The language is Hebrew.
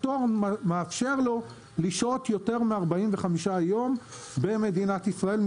הפטור מאפשר לו לשהות יותר מ-45 יום במדינת ישראל.